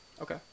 okay